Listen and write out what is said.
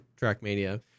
Trackmania